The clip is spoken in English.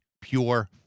pure